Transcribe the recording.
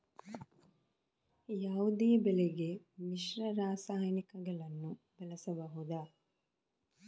ಯಾವುದೇ ಬೆಳೆಗೆ ಮಿಶ್ರ ರಾಸಾಯನಿಕಗಳನ್ನು ಬಳಸಬಹುದಾ?